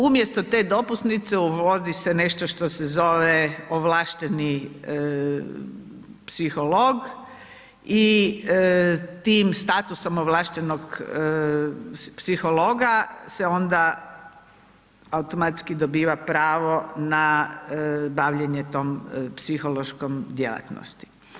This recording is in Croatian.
Umjesto te dopusnice, uvodi se nešto što se zove ovlašteni psiholog i tim statusom ovlaštenog psihologa se onda automatski dobiva pravo na bavljenje tom psihološkom djelatnosti.